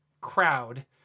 crowd